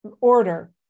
order